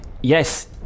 Yes